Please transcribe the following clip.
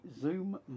Zoom